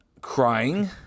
crying